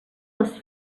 les